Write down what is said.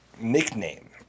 nickname